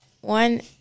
one